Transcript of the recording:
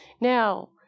Now